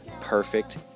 Perfect